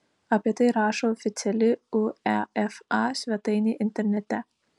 apie tai rašo oficiali uefa svetainė internete